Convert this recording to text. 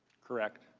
correct.